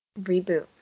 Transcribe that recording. Reboot